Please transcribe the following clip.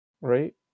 right